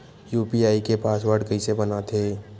UPI के password कइसे बनाथे?